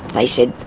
they said,